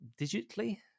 digitally